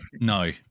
no